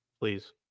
Please